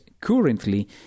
currently